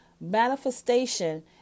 manifestation